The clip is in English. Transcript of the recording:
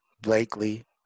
Blakely